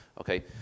Okay